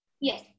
Yes